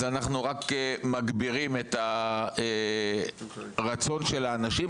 אנחנו רק מגבירים את הרצון של האנשים,